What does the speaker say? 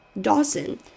Dawson